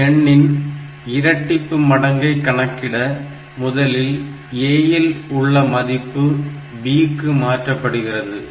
ஒரு எண்ணின் இரட்டிப்பு மடங்கை கணக்கிட முதலில் A இல் உள்ள மதிப்பு B க்கு மாற்றப்படுகிறது